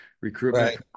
recruitment